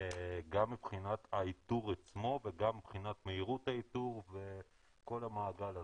גם מבחינת האיתור עצמו וגם מבחינת מהירות האיתור וכל המעגל הזה.